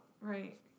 Right